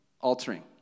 altering